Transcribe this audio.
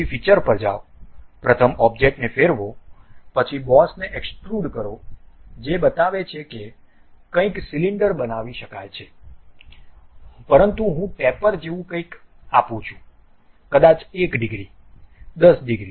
પછી ફિચર પર જાઓ પ્રથમ ઑબ્જેક્ટને ફેરવો પછી બોસને એક્સ્ટ્રુડ કરો જે બતાવે છે કે કંઈક સિલિન્ડર બનાવી શકાય છે પરંતુ હું ટેપર જેવું કંઈક આપું છું કદાચ 1 ડિગ્રી 10 ડિગ્રી 20 ડિગ્રી